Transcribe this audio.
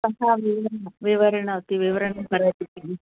सः विवरणं विवृणोति विवरणं करोति किल